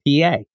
PA